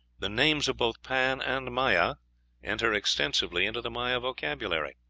the names of both pan and maya enter extensively into the maya vocabulary,